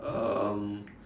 um